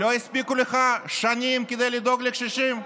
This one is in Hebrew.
לא הספיקו לך השנים כדי לדאוג לקשישים?